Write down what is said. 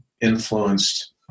influenced